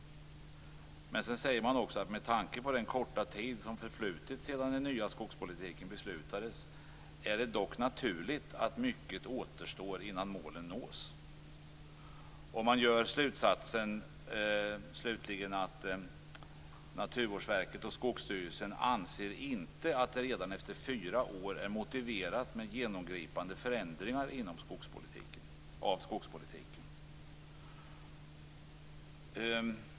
Sedan säger man också att med tanke på den korta tid som förflutit sedan den nya skogspolitiken beslutades är det dock naturligt att mycket återstår innan målen nås. Man drar slutligen slutsatsen att Naturvårdsverket och Skogsstyrelsen inte anser att det redan efter fyra år är motiverat med genomgripande förändringar av skogspolitiken.